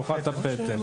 שלוחת הפטם.